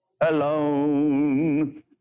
alone